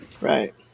Right